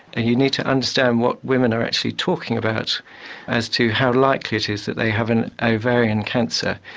and you need to understand what women are actually talking about as to how likely it is that they have an ovarian cancer.